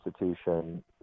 institution